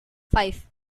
five